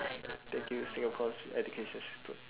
thank you singapore's education system